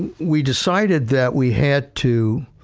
and we decided that we had to,